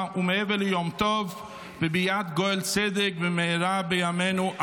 ומעבר ליום טוב בביאת גואל צדק במהרה בימינו.